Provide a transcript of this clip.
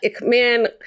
man